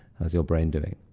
how's your brain doing?